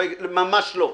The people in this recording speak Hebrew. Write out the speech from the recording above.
ממש לא.